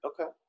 Okay